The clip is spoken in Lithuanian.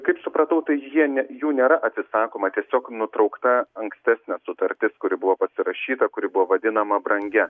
kaip supratau tai jie ne jų nėra atsisakoma tiesiog nutraukta ankstesnė sutartis kuri buvo pasirašyta kuri buvo vadinama brangia